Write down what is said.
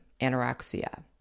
anorexia